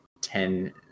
ten